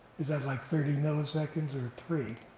is that like thirty milliseconds or three?